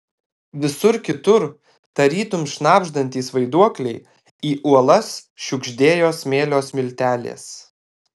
visur kitur tarytum šnabždantys vaiduokliai į uolas šiugždėjo smėlio smiltelės